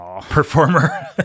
performer